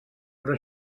però